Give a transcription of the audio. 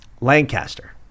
Lancaster